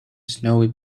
snowy